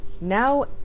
now